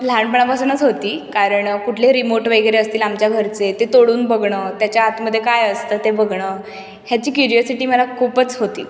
लहानपणापासूनच होती कारण कुठले रिमोट वगैरे असतील आमच्या घरचे ते तोडून बघणं त्याच्या आतमध्ये काय असतं ते बघणं ह्याची क्युरिऑसिटी मला खूपच होती